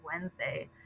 Wednesday